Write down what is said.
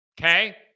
okay